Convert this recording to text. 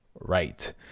right